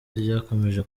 ryakomeje